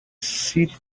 city